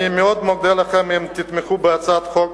אני מאוד אודה לכם אם תתמכו בהצעת החוק